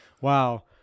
wow